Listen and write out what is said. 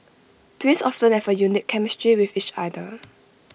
twins have A unique chemistry with each other